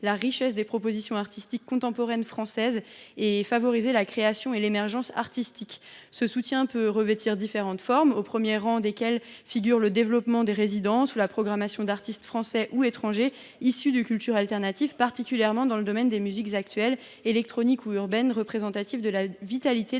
la richesse de l’offre artistique contemporaine française. Elle favoriserait, ce faisant, la création et l’émergence artistiques. Ce soutien peut revêtir différentes formes, au premier rang desquelles le développement des résidences, ainsi que la programmation d’artistes français ou étrangers issus de cultures alternatives, particulièrement dans le domaine des musiques actuelles, électroniques ou urbaines, représentatives de la vitalité